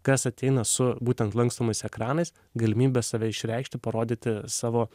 kas ateina su būtent lankstomais ekranais galimybė save išreikšti parodyti savo